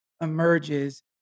emerges